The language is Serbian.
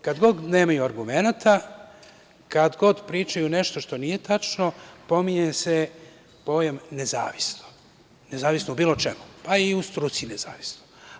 Kad god nemaju argumenata, kada god pričaju nešto što nije tačno, pominje se pojam nezavisno, nezavisno o bilo čemu, pa i u struci nezavisno.